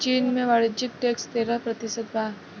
चीन में वाणिज्य टैक्स तेरह प्रतिशत बा